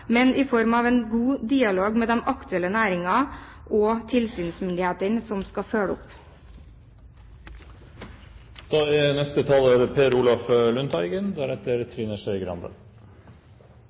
men i form av en god dialog med de aktuelle næringene og tilsynsmyndighetene som skal følge opp. Jeg vil starte med å takke for et, etter mitt skjønn, svært solid innlegg fra interpellanten Skei Grande,